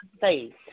faith